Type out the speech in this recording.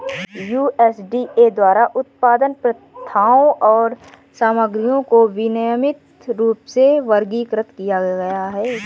USDA द्वारा उत्पादन प्रथाओं और सामग्रियों को विनियमित रूप में वर्गीकृत किया गया है